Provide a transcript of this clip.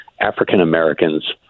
African-Americans